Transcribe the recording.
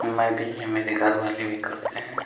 मैं भी मेरे घर वाले भी करते हैं